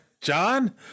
John